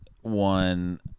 one